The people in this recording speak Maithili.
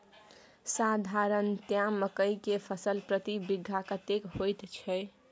साधारणतया मकई के फसल प्रति बीघा कतेक होयत छै?